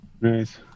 Nice